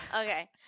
Okay